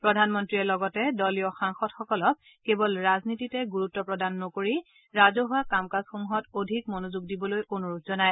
প্ৰধানমন্ত্ৰীয়ে লগতে দলীয় সাংসদসকলক কেৱল ৰাজনীতিতে গুৰুত্ব প্ৰদান নকৰি ৰাজছৱা কাম কাজসমূহত অধিক মনোযোগ দিবলৈ অনূৰোধ জনায়